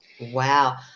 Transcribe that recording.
Wow